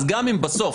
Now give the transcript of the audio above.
אז גם אם בסוף